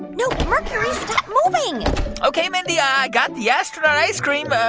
no, mercury, stop moving ok, mindy, i got the astronaut ice cream. ah